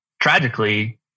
tragically